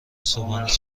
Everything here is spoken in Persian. صبحانه